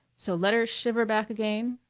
so let her shiver back again